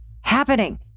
happening